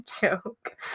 joke